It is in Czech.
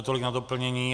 Tolik na doplnění.